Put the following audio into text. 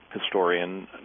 historian